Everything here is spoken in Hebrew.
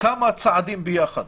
כמה צעדים ביחד,